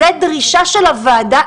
זה דרישה של הוועדה.